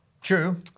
true